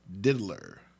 diddler